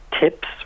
tips